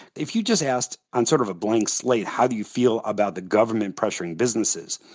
if you just asked on sort of a blank slate, how do you feel about the government pressuring businesses?